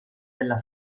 della